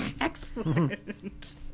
Excellent